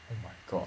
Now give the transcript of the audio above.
oh my god